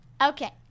Okay